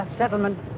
settlement